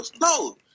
No